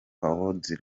awards